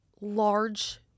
large